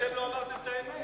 אתם לא אמרתם את האמת.